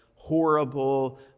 horrible